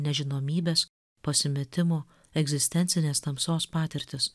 nežinomybės pasimetimo egzistencinės tamsos patirtis